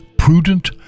prudent